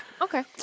Okay